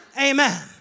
Amen